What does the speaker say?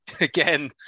again